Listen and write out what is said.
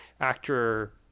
actor